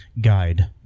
Guide